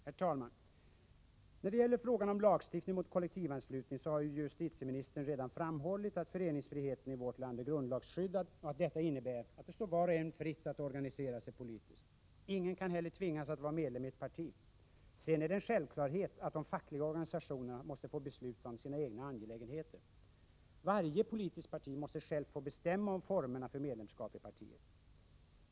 Herr talman! När det gäller frågan om lagstiftning mot kollektivanslutning har justitieministern redan framhållit att föreningsfriheten i vårt land är grundlagsskyddad och att detta innebär att det står var och en fritt att organisera sig politiskt. Ingen kan heller tvingas att vara medlem i ett parti. Sedan är det en självklarhet att de fackliga organisationerna måste få besluta om sina egna angelägenheter. Varje politiskt parti måste självt få bestämma om formerna för medlemskap i partiet.